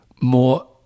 more